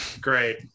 Great